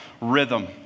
rhythm